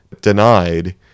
denied